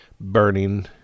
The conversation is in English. burning